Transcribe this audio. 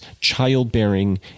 childbearing